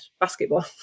basketball